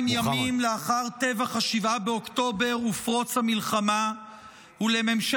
402 ימים לאחר טבח 7 באוקטובר ופרוץ המלחמה ולממשלת